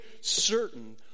certain